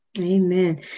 Amen